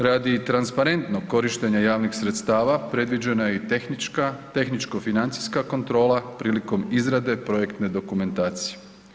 Radi transparentnog korištenja javnih sredstava predviđena je i tehnička, tehničko-financijska kontrola prilikom izrade projektne dokumentacije.